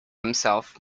himself